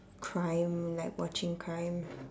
crime like watching crime